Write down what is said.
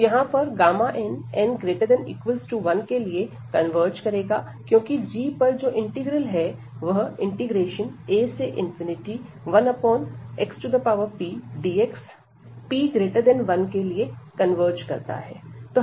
तो यहां पर n n≥1 के लिए कन्वर्ज करेगा क्योंकि gपर जो इंटीग्रल है a1xpdx वह p1 के लिए कन्वर्ज करता है